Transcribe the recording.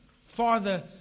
Father